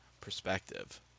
perspective